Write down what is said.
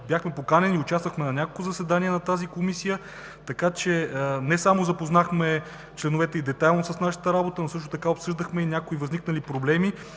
бяхме канени и участвахме на няколко заседания на тази комисия, така че не само запознахме членовете ѝ детайлно с нашата работа, но също така обсъждахме някои възникнали проблеми,